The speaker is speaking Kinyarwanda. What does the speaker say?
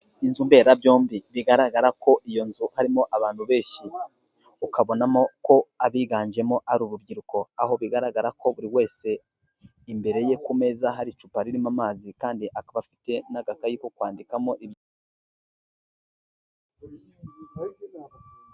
Inzu mberabyombi bigaragara ko iyo nzu harimo abantu benshi, ukabonamo ko abiganjemo ari urubyiruko, aho bigaragara ko buri wese imbere ye ku meza hari icupa ririmo amazi kandi akaba afite n'agakayi ko kwandikamo.